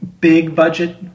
big-budget